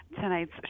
tonight's